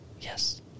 Yes